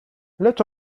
lecz